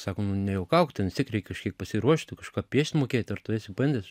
sako nu nejuokauk ten vis tiek reik kažkiek pasiruošti kažką piešt mokėt ar tu esi bandęs